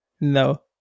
No